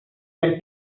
del